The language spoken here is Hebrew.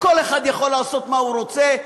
כל אחד יכול לעשות מה שהוא רוצה,